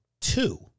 two